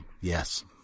yes